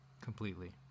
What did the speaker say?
completely